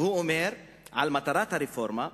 והוא אומר על מטרת הרפורמה,